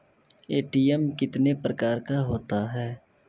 ATM कितने प्रकार का होता हैं?